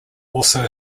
also